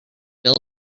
built